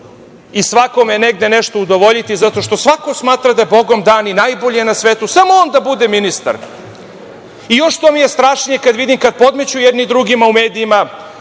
i svakome negde nešto udovoljiti zato što svako smatra da je bogom dan i najbolji na svetu, samo on da bude ministar. Još šta mi je strašnije kad vidim kad podmeću jedni drugima u medijima,